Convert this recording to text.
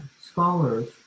scholars